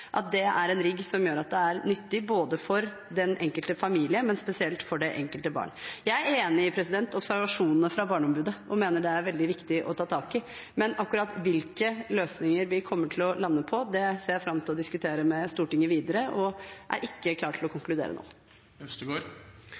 som gjør at det er nyttig for både den enkelte familie og spesielt det enkelte barnet. Jeg er enig i observasjonene fra Barneombudet og mener det er veldig viktig å ta tak i. Men akkurat hvilke løsninger vi kommer til å lande på, ser jeg fram til å diskutere med Stortinget videre. Jeg er ikke klar til å konkludere nå.